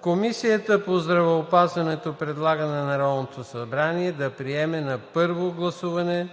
Комисията по здравеопазването предлага на Народното събрание да приеме на първо гласуване